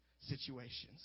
situations